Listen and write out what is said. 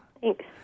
Thanks